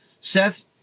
Seth